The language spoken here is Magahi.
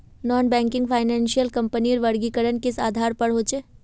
नॉन बैंकिंग फाइनांस कंपनीर वर्गीकरण किस आधार पर होचे?